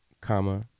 comma